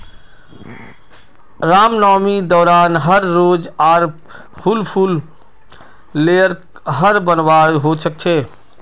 रामनवामी दौरान हर रोज़ आर हुल फूल लेयर हर बनवार होच छे